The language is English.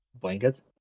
blankets